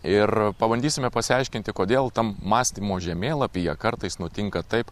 ir pabandysime pasiaiškinti kodėl tam mąstymo žemėlapyje kartais nutinka taip